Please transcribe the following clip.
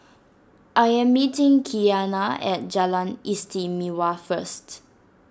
I am meeting Kianna at Jalan Istimewa first